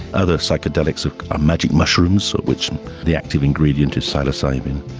other psychedelics are magic mushrooms, of which the active ingredient is psilocybin,